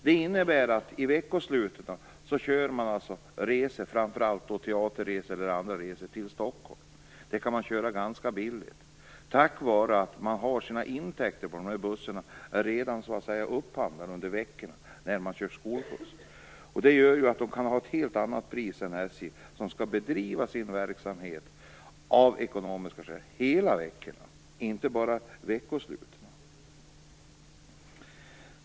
Det innebär att de i veckosluten kör framför allt teaterresor och andra resor till Stockholm. De kan de köra ganska billigt, tack vare att intäkterna redan är intjänade under veckorna när de kör skolbuss. Det gör att de kan ha ett helt annat pris än SJ, som skall bedriva sin verksamhet av ekonomiska skäl under hela veckorna och inte bara veckosluten.